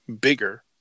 bigger